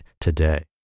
today